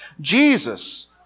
Jesus